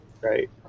Right